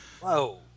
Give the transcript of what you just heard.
Whoa